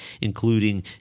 including